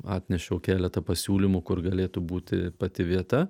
atnešiau keletą pasiūlymų kur galėtų būti pati vieta